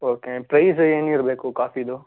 okay price ಹೆಂಗೆ ಇರಬೇಕು ಕಾಫಿದು